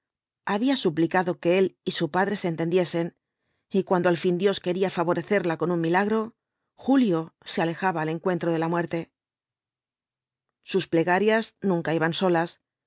había suplicado que él y su padre se entendiesen y cuando al fin dios quería favorecerla con un milagro julio se alejaba al encuentro de la muerte sus plegarias nunca iban solas